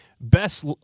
best